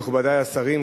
מכובדי השרים,